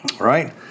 Right